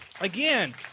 Again